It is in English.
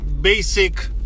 basic